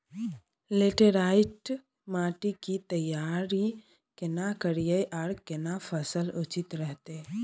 Laterite माटी की तैयारी केना करिए आर केना फसल उचित रहते?